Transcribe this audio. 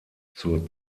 zur